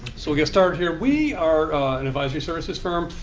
so i'll get started here. we are an advisory services firm.